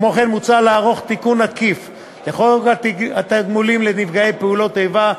כמו כן מוצע לערוך תיקון עקיף לחוק התגמולים לנפגעי פעולות איבה,